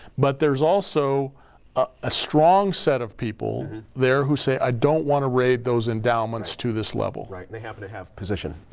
but there's also a strong set of people there who say, i don't wanna raid those endowments to this level, right, they have and have position